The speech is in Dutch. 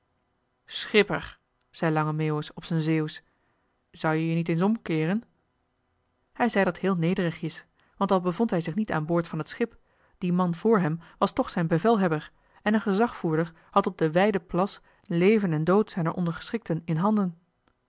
schipper zei lange meeuwis op z'n zeeuwsch zou joe je niet eens omkeeren hij zei dat heel nederigjes want al bevond hij zich niet aan boord van het schip die man voor hem was joh h been paddeltje de scheepsjongen van michiel de ruijter toch zijn bevelhebber en een gezagvoerder had op den wijden plas leven en dood zijner ondergeschikten in handen